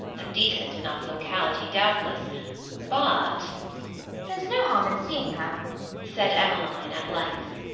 a decent enough locality, doubtless but there's no harm in seeing her said emmeline at length.